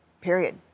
Period